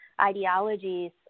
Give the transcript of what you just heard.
ideologies